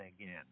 again